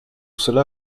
cela